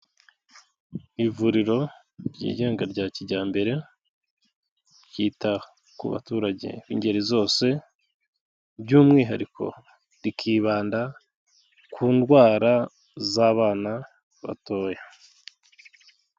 Ivuriro ryigenga rya kijyambere ryita ku baturage b'ingeri zose; by'umwihariko rikibanda ku indwara z'abana batoya.